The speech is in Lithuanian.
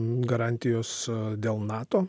garantijos dėl nato